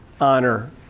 honor